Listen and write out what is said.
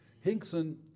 Hinkson